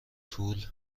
طول